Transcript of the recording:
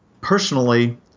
personally